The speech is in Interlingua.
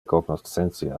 cognoscentia